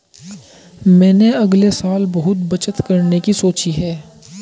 मैंने अगले साल बहुत बचत करने की सोची है